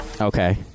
Okay